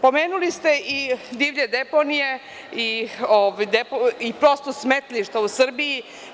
Pomenuli ste i divlje deponije i prosto smetlišta u Srbiji.